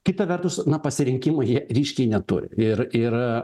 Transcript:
kita vertus na pasirinkimų jie ryškiai neturi ir ir